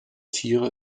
tiere